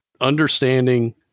understanding